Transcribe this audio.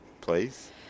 Please